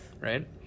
right